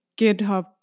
GitHub